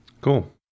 Cool